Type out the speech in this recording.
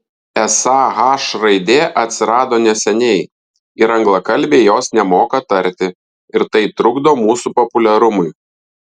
esą h raidė atsirado neseniai ir anglakalbiai jos nemoka tarti ir tai trukdo mūsų populiarumui